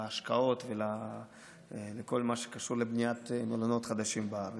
להשקעות ולכל מה שקשור בבניית מלונות חדשים בארץ.